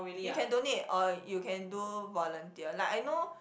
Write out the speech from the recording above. you can donate or you can do volunteer like I know